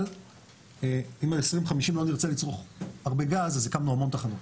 אבל אם ב-2050 לא נרצה לצרוך הרבה גז אז הקמנו הרבה תחנות.